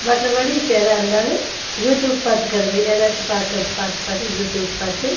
மற்றபடி இப்போ எதாக இருந்தாலும் யூடியூப் பார்த்துக்கறது எதாச்சும் பாக்கு பார்த்து பார்த்து யூடியூப் பார்த்து